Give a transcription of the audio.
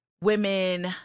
women